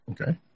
Okay